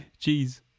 Jeez